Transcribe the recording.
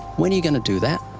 when are you going to do that?